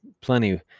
plenty